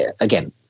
again